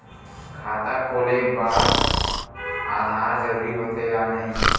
खाता खोले बार आधार जरूरी हो थे या नहीं?